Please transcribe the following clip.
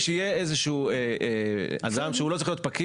שיהיה אדם שהוא לא צריך להיות פקיד,